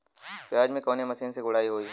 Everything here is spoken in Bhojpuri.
प्याज में कवने मशीन से गुड़ाई होई?